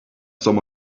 some